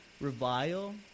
revile